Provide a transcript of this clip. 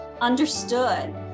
understood